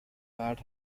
bad